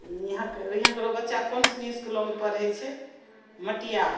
इहाँके इहाँकरो बच्चा कोनसनी इस्कुलोमे पढ़ै छै मटिया